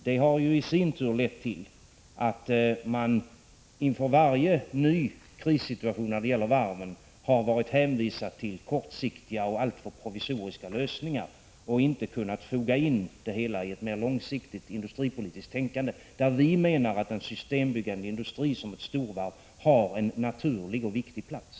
Det har ju i sin tur lett till att man inför varje ny krissituation när det gäller varven har varit hänvisad till kortsiktiga och alltför provisoriska lösningar och inte kunnat foga in det hela i ett mer långsiktigt industripolitiskt tänkande, där vi menar att en systembyggande industri som ett storvarv har en naturlig och viktig plats.